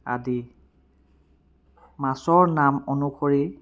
আদি মাছৰ নাম অনুসৰি